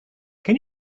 can